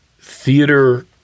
theater